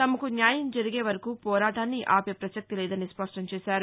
తమకు న్యాయం జరిగేవరకు పోరాటాన్ని ఆపే పసక్తిలేదని స్పష్టంచేశారు